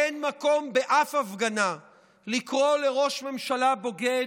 אין מקום באף הפגנה לקרוא לראש ממשלה בוגד,